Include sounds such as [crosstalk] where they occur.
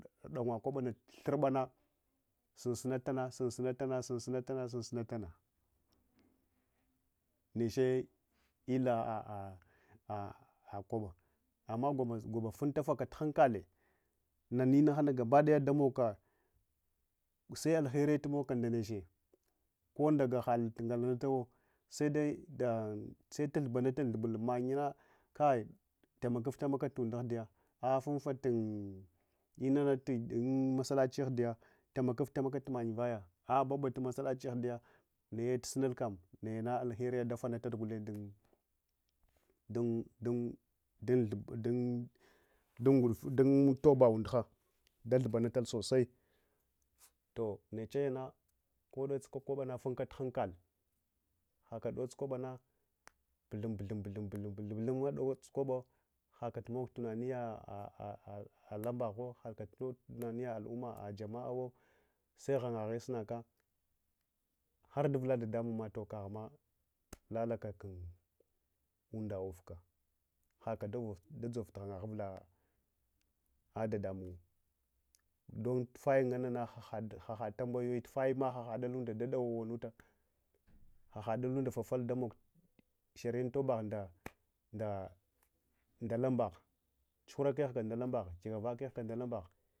Ɗanwa kwabana thurbuna sunsuna tana sunsuna tana neche illa [hesitation] kwaba amma gwaba funtafaka hankale nana inahana gabaɗaya ɗamogka se’alheriyetu mogka nɗeche konɗaga haltu ngalanatawa seɗe tultubanatun thubul manyaka tamakatuftalmakatunɗ ahɗiya ah’ funfantun inana unmassalachi ahdiya taimakatu taimaka tumanya ahdiya vaya ah’ babatu massalachi ahɗiya nayetusun ul kam anayane alheri dafanuntach, gulendun dafanata duntoba unduha dathubanatal sosai toh nechayana kanne kwabana funkatu hankal haka dotse kwabana butaum buthun doss kwaba hakatu mogtunaniya [hesitation] lambaghuwo hakamo tunaniya ai’umma jama’awo seghangahe sunaka har dula dadamun nah mah toh kahma talakatun unda urkah hakada dsavtu hang nga hu uvula dadamunwa dun tuvaya ngannamah ahad tambayoyi tufaya tufayama ahalahunda dawa nata, aha la hunda fafaltu mog shariya tobah da ndalambaha, tsuhura vanibetka ndalambagha gika vakehka ndalambagha.